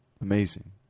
Amazing